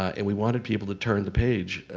and we wanted people to turn the page.